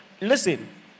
Listen